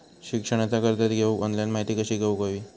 शिक्षणाचा कर्ज घेऊक ऑनलाइन माहिती कशी घेऊक हवी?